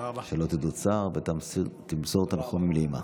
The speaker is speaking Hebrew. שלא תדעו עוד צער, ותמסור תנחומים לאימא.